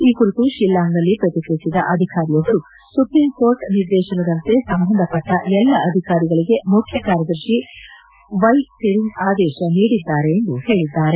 ಈ ಕುರಿತು ಶಿಲ್ಲಾಂಗ್ ನಲ್ಲಿ ಪ್ರತಿಕ್ರಿಯಿಸಿದ ಅಧಿಕಾರಿಯೊಬ್ಬರುಸುಪ್ರೀಂ ಕೋರ್ಟ್ ನಿರ್ದೇಶನದಂತೆ ಸಂಬಂಧ ಪಟ್ಟ ಎಲ್ಲ ಅಧಿಕಾರಿಗಳಿಗೆ ಮುಖ್ಯಕಾರ್ಯದರ್ಶಿ ವೈಸಿರಿಂಗ್ ಆದೇಶ ನೀಡಿದ್ದಾರೆ ಎಂದು ಹೇಳಿದ್ದಾರೆ